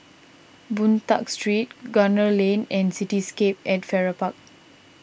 Boon Tat Street Gunner Lane and Cityscape at Farrer Park